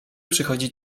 przychodzi